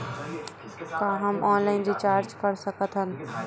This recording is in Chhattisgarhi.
का हम ऑनलाइन रिचार्ज कर सकत हन?